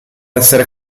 essere